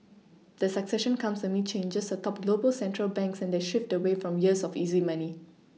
the succession comes amid changes atop global central banks and their shift away from years of easy money